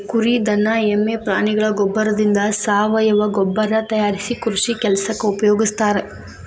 ಕುರಿ ದನ ಎಮ್ಮೆ ಪ್ರಾಣಿಗಳ ಗೋಬ್ಬರದಿಂದ ಸಾವಯವ ಗೊಬ್ಬರ ತಯಾರಿಸಿ ಕೃಷಿ ಕೆಲಸಕ್ಕ ಉಪಯೋಗಸ್ತಾರ